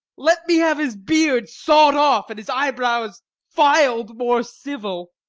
let me have his beard saw'd off, and his eye-brows fil'd more civil.